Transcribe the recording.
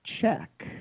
check